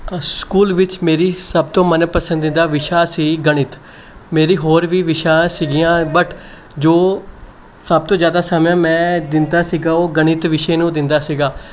ਅ school ਵਿੱਚ ਮੇਰੀ ਸਭ ਤੋਂ ਮਨਪਸੰਦੀਦਾ ਵਿਸ਼ਾ ਸੀ ਗਣਿਤ ਮੇਰੀ ਹੋਰ ਵੀ ਵਿਸ਼ਾ ਸੀਗੀਆਂ ਬਟ ਜੋ ਸਭ ਤੋਂ ਜ਼ਿਆਦਾ ਸਮੇਂ ਮੈਂ ਦਿੰਦਾ ਸੀਗਾ ਉਹ ਗਣਿਤ ਵਿਸ਼ੇ ਨੂੰ ਦਿੰਦਾ ਸੀਗਾ